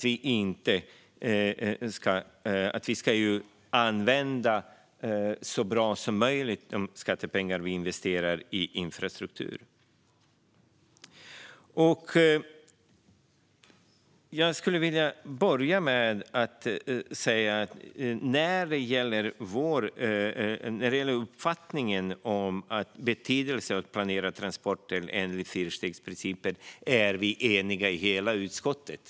Vi ska använda de skattepengar som vi investerar i infrastruktur så bra som möjligt. När det gäller betydelsen av att planera transportsystemet enligt fyrstegsprincipen är vi helt eniga i utskottet.